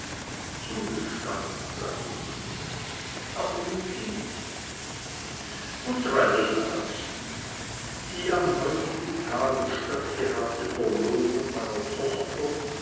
zugestanden sagte diese aber nun lies und treibel las die am heutigen tage stattgehabte verlobung meiner tochter